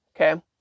Okay